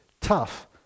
tough